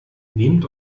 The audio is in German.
nehmt